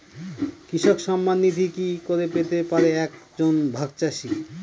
কৃষক সন্মান নিধি কি করে পেতে পারে এক জন ভাগ চাষি?